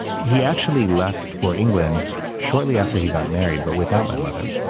he actually left for england shortly after he got married, but without my mother,